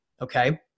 okay